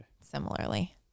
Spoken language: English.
similarly